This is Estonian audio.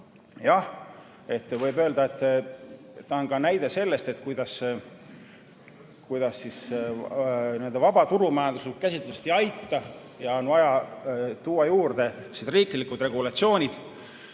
Jah, võib öelda, et ta on ka näide sellest, kuidas vabaturumajanduslikust käsitlusest ei aita ja on vaja tuua juurde riiklikud regulatsioonid,